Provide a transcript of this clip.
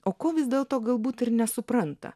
o ko vis dėl to galbūt ir nesupranta